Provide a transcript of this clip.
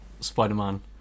Spider-Man